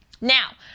now